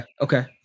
Okay